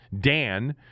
Dan